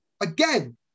Again